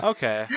Okay